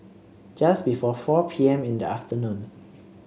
just before four P M in the afternoon